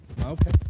Okay